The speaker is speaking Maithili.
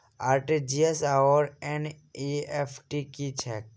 आर.टी.जी.एस आओर एन.ई.एफ.टी की छैक?